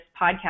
podcast